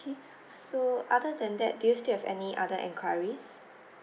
okay so other than that do you still have any other inquiries